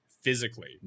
physically